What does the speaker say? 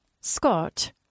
Scott